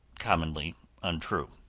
commonly untrue.